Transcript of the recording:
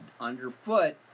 underfoot